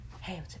Hey